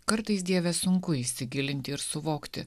kartais dieve sunku įsigilinti ir suvokti